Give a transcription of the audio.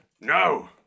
No